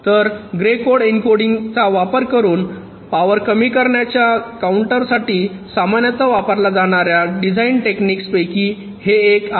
तर grey code एन्कोडिंगचा वापर करून पावर कमी करण्यासाठीच्या काउंटरसाठी सामान्यतः वापरल्या जाणार्या डिझाइन टेक्निक पैकी हे एक आहे